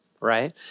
right